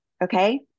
Okay